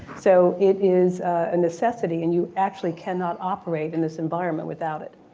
so it is a necessity and you actually cannot operate in this environment without it.